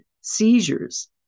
seizures